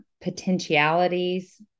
Potentialities